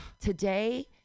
today